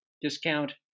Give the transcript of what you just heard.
discount